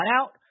out